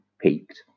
peaked